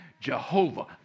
Jehovah